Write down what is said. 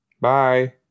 bye